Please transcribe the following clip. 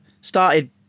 started